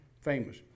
famous